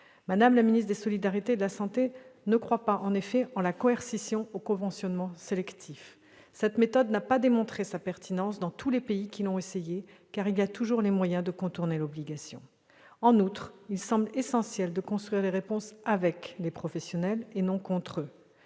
Mme la ministre des solidarités et de la santé ne croit effectivement pas en la coercition ou au conventionnement sélectif. Cette méthode n'a pas démontré sa pertinence dans tous les pays qui l'ont essayée, car il y a toujours des moyens de contourner l'obligation. En outre, il semble essentiel de construire les réponses avec les professionnels, et non contre eux.